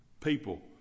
people